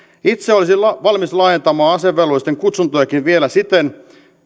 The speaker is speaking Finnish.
itse olisin valmis laajentamaan asevelvollisten kutsuntojakin vielä siten